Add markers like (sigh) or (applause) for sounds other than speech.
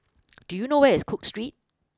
(noise) do you know where is cook Street